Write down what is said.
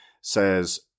says